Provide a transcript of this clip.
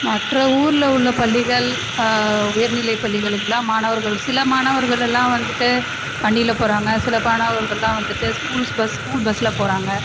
மற்ற ஊரில் உள்ள பள்ளிகள் உயர்நிலை பள்ளிகளுக்கெல்லாம் மாணவர்கள் சில மாணவர்கள் எல்லாம் வந்துகிட்டு வண்டியில் போகிறாங்க சில மாணவர்கள் எல்லாம் வந்துட்டு ஸ்கூல்ஸ் பஸ் ஸ்கூல் பஸ்ஸில் போகிறாங்க